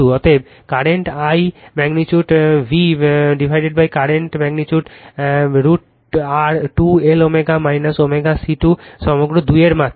অতএব কারেন্ট Iম্যাগনিটিউড Vকারেন্ট er magnitude √R 2 Lω ω C 2 সমগ্র 2 এর মাত্রা